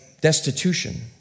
destitution